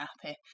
happy